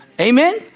Amen